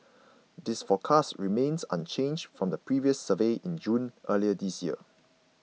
this forecast remains unchanged from the previous survey in June earlier this year